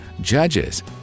Judges